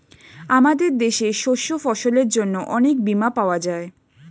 আমাদের দেশে শস্য ফসলের জন্য অনেক বীমা পাওয়া যায়